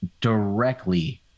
directly